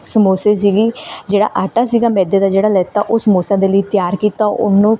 ਸਮੋਸੇ ਸੀਗੀ ਜਿਹੜਾ ਆਟਾ ਸੀਗਾ ਮੈਦੇ ਦਾ ਜਿਹੜਾ ਲਿੱਤਾ ਉਹ ਸਮੌਸਿਆ ਦੇ ਲਈ ਤਿਆਰ ਕੀਤਾ ਉਹਨੂੰ